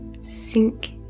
sink